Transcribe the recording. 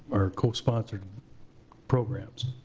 co-sponsored programs.